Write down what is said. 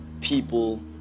people